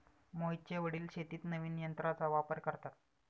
मोहितचे वडील शेतीत नवीन तंत्राचा वापर करतात